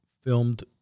filmed